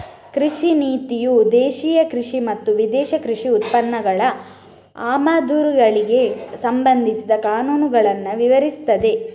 ಕೃಷಿ ನೀತಿಯು ದೇಶೀಯ ಕೃಷಿ ಮತ್ತು ವಿದೇಶಿ ಕೃಷಿ ಉತ್ಪನ್ನಗಳ ಆಮದುಗಳಿಗೆ ಸಂಬಂಧಿಸಿದ ಕಾನೂನುಗಳನ್ನ ವಿವರಿಸ್ತದೆ